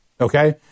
Okay